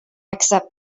accept